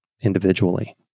individually